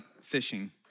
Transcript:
fishing